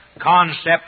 concept